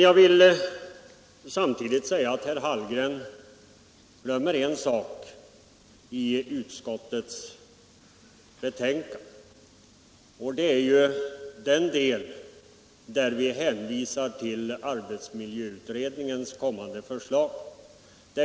Jag vill också säga att herr Hallgren glömmer en sak, nämligen att utskottet hänvisar till arbetsmiljöutredningens kommande förslag.